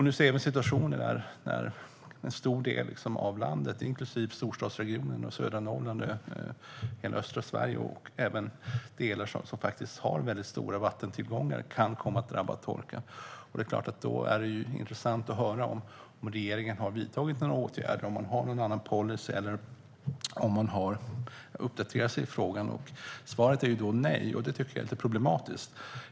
Nu ser vi situationer där en stor del av landet, inklusive storstadsregionerna, södra Norrland, hela östra Sverige och även delar som har mycket stora vattentillgångar, kan komma att drabbas av torka. Då är det klart att det är intressant att höra om regeringen har vidtagit några åtgärder, om man har någon policy eller om man har uppdaterat sig i frågan. Svaret är nej, och det tycker jag är problematiskt.